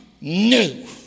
new